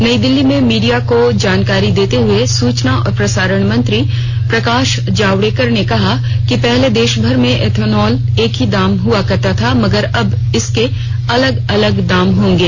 नई दिल्ली में मीडिया को जानकारी देते हए सूचना और प्रसारण मंत्री प्रकाश जावडेकर ने कहा कि पहले देशभर में एथेनॉल का एक ही दाम हआ करता था मगर अब इसके अलग अलग दाम होंगे